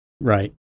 Right